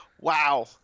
Wow